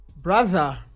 brother